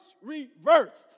reversed